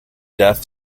deaf